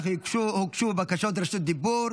אך הוגשו בקשות רשות דיבור,